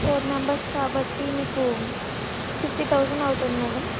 four members కాబట్టి మీకు fifty thousand అవుతుంది మేడం